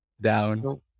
down